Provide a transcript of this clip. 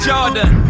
Jordan